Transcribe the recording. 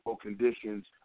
conditions